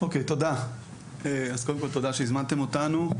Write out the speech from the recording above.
תודה שהזמנתם אותנו.